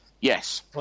yes